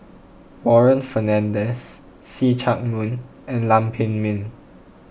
Warren Fernandez See Chak Mun and Lam Pin Min